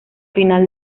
final